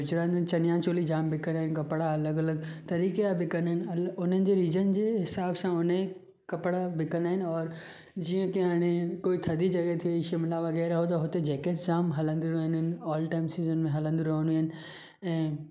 गुजरात में चनिया चोली जाम बिकरा आहिनि कपिड़ा अलॻि अलॻि तरीक़े जा बिकंदा आहिनि उन्हनि जे रीजन जे हिसाब सां हुन कपिड़ा बिकंदा आहिनि औरि जीअं की हाणे कोई थधी जॻह थी वई शिमला वग़ैरह त हुते जेकिट्स जाम हलंदियूं रहंंदी आहिनि ऑल टाइम सीज़न में हलंदी रहंदियूं आहिनि ऐं